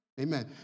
Amen